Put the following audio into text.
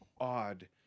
odd